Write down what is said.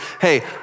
hey